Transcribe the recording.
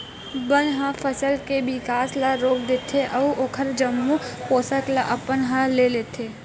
बन ह फसल के बिकास ल रोक देथे अउ ओखर जम्मो पोसक ल अपन ह ले लेथे